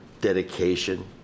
dedication